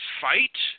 fight